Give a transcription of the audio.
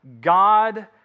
God